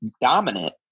dominant